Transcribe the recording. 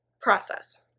process